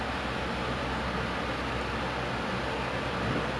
work for two years then hopefully I can like try to